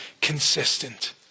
consistent